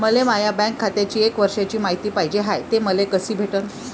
मले माया बँक खात्याची एक वर्षाची मायती पाहिजे हाय, ते मले कसी भेटनं?